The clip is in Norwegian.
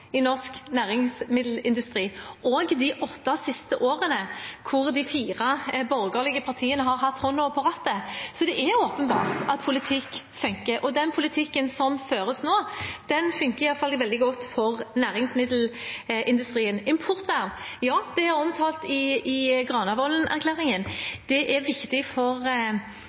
i norsk næringsmiddelindustri også i de åtte siste årene, da de fire borgerlige partiene har hatt hånda på rattet. Så det er åpenbart at politikk fungerer. Den politikken som føres nå, fungerer i hvert fall veldig godt for næringsmiddelindustrien. Importvern – ja, det er omtalt i Granavolden-erklæringen. Det er viktig særlig for